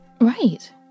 right